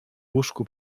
łóżku